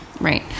Right